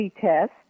test